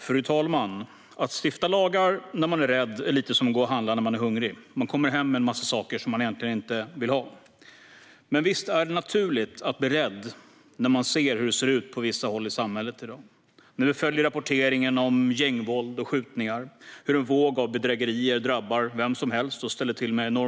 Fru talman! Att stifta lagar när man är rädd är lite som att gå och handla när man är hungrig: Man kommer hem med en massa saker som man egentligen inte ville ha. Men visst är det naturligt att bli rädd när man ser hur det ser ut på vissa håll i samhället i dag. Visst är det naturligt att vi blir rädda när vi följer rapporteringen om gängvåld och skjutningar och om hur en våg av bedrägerier drabbar vem som helst och ställer till enorma besvär.